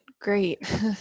Great